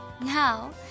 now